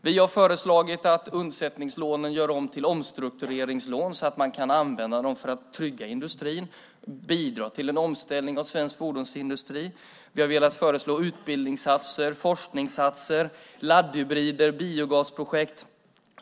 Vi har föreslagit att undsättningslånen görs om till omstruktureringslån så att man kan använda dem för att trygga industrin och bidra till en omställning av svensk fordonsindustri. Vi har velat föreslå utbildningssatsningar, forskningssatsningar, laddhybrider och biogasprojekt.